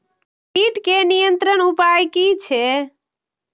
कीटके नियंत्रण उपाय कि छै?